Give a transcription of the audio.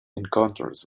encounters